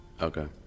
Okay